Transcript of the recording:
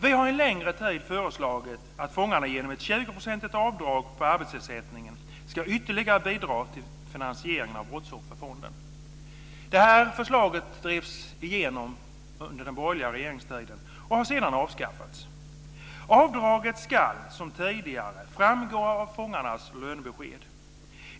Vi har sedan länge föreslagit att fångarna genom ett 20-procentigt avdrag på arbetsersättningen ska ytterligare bidra till finansieringen av Brottsofferfonden. Det här förslaget drevs igenom under den borgerliga regeringstiden men har sedan avskaffats. Avdraget ska, som tidigare, framgå av fångarnas lönebesked.